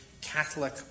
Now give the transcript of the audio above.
Catholic